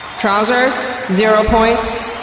trousers zero points.